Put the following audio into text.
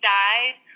died